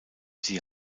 die